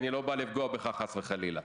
אני לא בא לפגוע בך חס וחלילה,